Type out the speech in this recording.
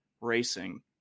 racing